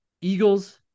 Eagles